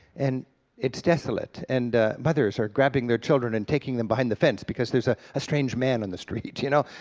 and it's desolate, and mothers are grabbing their children and taking them behind the fence because there's a strange man on the street, you know,